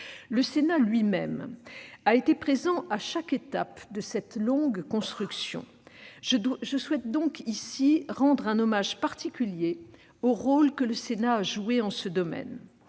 Le Sénat lui-même a été présent à chaque étape de cette longue construction. Je souhaite donc ici rendre un hommage particulier au rôle que le Sénat a joué en ce domaine.